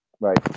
right